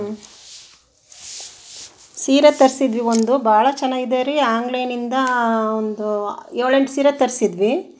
ಊಂ ಸೀರೆ ತರಿಸಿದ್ವಿ ಒಂದು ಭಾಳ ಚೆನ್ನಾಗಿದೆ ರೀ ಆನ್ಲೈನಿಂದ ಒಂದು ಏಳೆಂಟು ಸೀರೆ ತರಿಸಿದ್ವಿ